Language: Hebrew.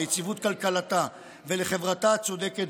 ליציבות כלכלתה ולחברתה הצודקת,